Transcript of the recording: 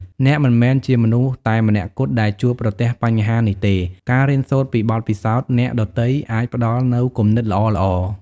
អ្នកមិនមែនជាមនុស្សតែម្នាក់គត់ដែលជួបប្រទះបញ្ហានេះទេ ការរៀនសូត្រពីបទពិសោធន៍អ្នកដទៃអាចផ្ដល់នូវគំនិតល្អៗ។